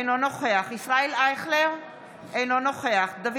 אינו נוכח ישראל אייכלר, אינו נוכח דוד